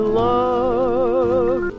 love